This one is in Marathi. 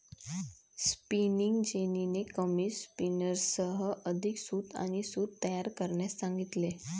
स्पिनिंग जेनीने कमी स्पिनर्ससह अधिक सूत आणि सूत तयार करण्यास सांगितले